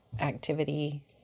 activity